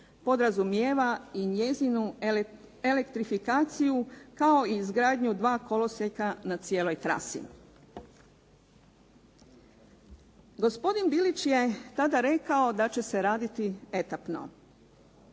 podrazumijeva i njezinu elektrifikaciju kao i izgradnju dva kolosijeka na cijeloj trasi. Gospodin Bilić je tada rekao da će se raditi etapno.